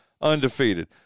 undefeated